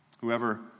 Whoever